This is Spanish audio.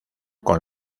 con